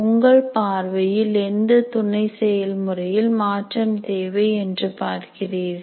உங்கள் பார்வையில் எந்த துணை செயல் முறையில் மாற்றம் தேவை என்று பார்க்கிறீர்கள்